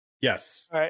Yes